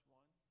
one